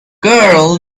girl